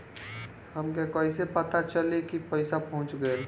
हमके कईसे पता चली कि पैसा पहुच गेल?